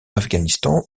afghanistan